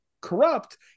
corrupt